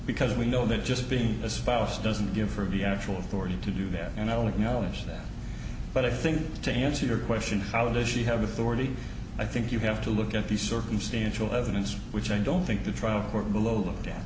because we know that just being a spouse doesn't give her the actual authority to do that and i don't acknowledge that but i think to answer your question how does she have authority i think you have to look at the circumstantial evidence which i don't think the trial court below th